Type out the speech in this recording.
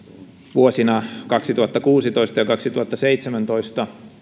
vuosina kaksituhattakuusitoista ja kaksituhattaseitsemäntoista